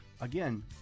again